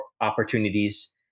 opportunities